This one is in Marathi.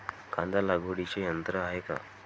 कांदा लागवडीचे यंत्र आहे का?